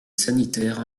sanitaire